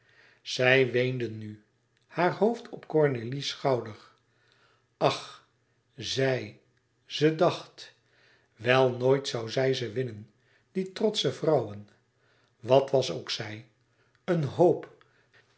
zij weende nu haar hoofd op cornélie's schouder ach zij ze dacht wel nooit zoû zij ze winnen die trotsche vrouwen wat was ook zij een hope